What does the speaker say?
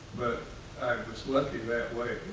but i was lucky that way,